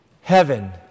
heaven